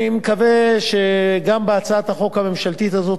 אני מקווה שגם בהצעת החוק הממשלתית הזאת,